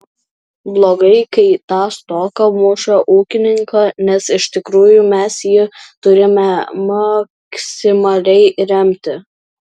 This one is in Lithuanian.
blogai kai ta stoka muša ūkininką nes iš tikrųjų mes jį turime maksimaliai remti